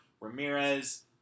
Ramirez